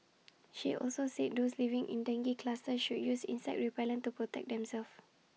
she also said those living in dengue clusters should use insect repellent to protect themselves